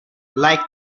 like